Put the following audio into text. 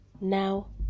Now